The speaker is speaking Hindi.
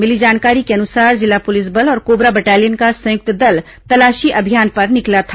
मिली जानकारी के अनुसार जिला पुलिस बल और कोबरा बटालियन का संयुक्त दल तलाशी अभियान पर निकला था